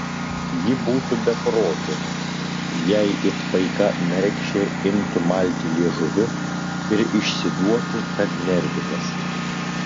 ji būtų beprotė jei it paika mergšė imtų malti liežuviu ir išsiduotų kad nervinasi